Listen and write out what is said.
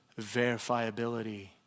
verifiability